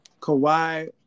Kawhi